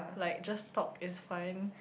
like just talk is fine